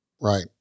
Right